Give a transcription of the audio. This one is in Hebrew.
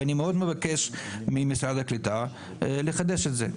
ואני מאוד מבקש ממשרד הקליטה לחדש את זה.